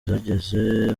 zagize